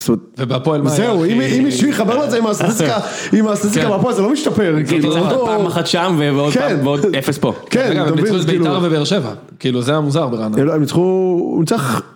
ובהפועל מה היה אחי? -זהו, אם מישהו יחבר לו את זה עם הסטטיסטיקה בהפועל, זה לא משתפר. זה אותו הדבר. פעם אחת שם ועוד אפס פה. -דרך אגב הם ניצחו את בית"ר ובאר שבע, זה היה מוזר ברעננה. -הוא ניצח...